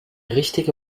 richtige